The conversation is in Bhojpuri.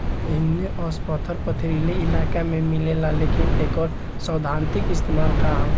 इग्नेऔस पत्थर पथरीली इलाका में मिलेला लेकिन एकर सैद्धांतिक इस्तेमाल का ह?